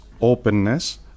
openness